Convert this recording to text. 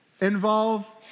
involve